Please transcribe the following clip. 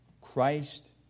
Christ